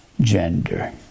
gender